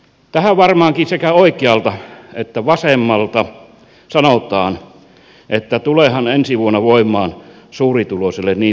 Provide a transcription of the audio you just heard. tähän varmaankin sekä oikealta että vasemmalta sanotaan että tuleehan ensi vuonna voimaan suurituloisille niin sanottu solidaarisuusvero